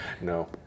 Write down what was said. No